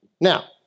Now